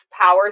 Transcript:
powers